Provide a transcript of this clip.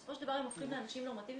בסופו של דבר הם הופכים לאנשים נורמטיביים.